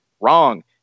Wrong